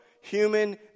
human